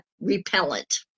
repellent